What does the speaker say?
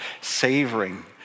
savoring